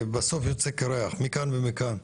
בסוף הוא יוצא קירח מכאן ומכאן,